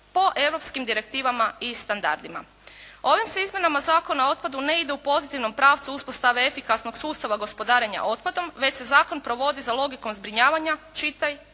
po europskim direktivama i standardima. Ovim se izmjenama Zakona o otpadu ne ide u pozitivnom pravcu uspostave efikasnog sustava gospodarenja otpadom već se zakon povodi za logikom zbrinjavanja čitaj